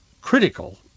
critical